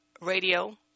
radio